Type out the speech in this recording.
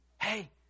Hey